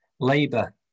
Labour